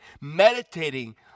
meditating